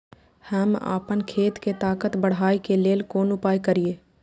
हम आपन खेत के ताकत बढ़ाय के लेल कोन उपाय करिए?